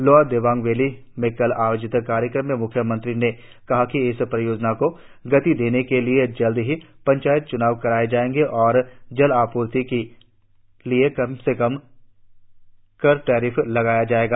lower Dibang valley में कल आयोजित कार्यक्रम में म्ख्यमंत्री ने कहा कि इस परियोजना को गति देने के लिए जल्द ही पंचायत च्नाव कराए जाएंगे और जल आपूर्ति के लिए कम से कम कर टेरिफ लगाया जाएगा